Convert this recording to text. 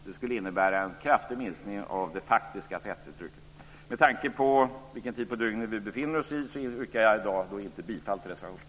Det skulle innebära en kraftig minskning av det faktiska skattetrycket. Med tanke på vilken tid på dygnet det är, yrkar jag i dag inte bifall till reservationen.